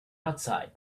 outside